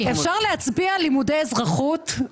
אפשר להצביע על תקציב ללימודי אזרחות?